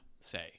say